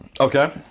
Okay